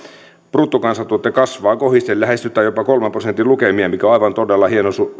bruttokansantuote kasvaa kohisten lähestytään jopa kolmen prosentin lukemia mikä on aivan todella